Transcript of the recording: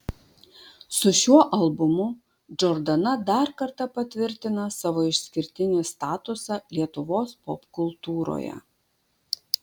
su šiuo albumu džordana dar kartą patvirtina savo išskirtinį statusą lietuvos popkultūroje